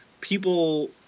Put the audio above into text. People